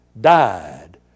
died